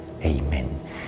Amen